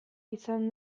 izan